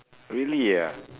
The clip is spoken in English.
really ah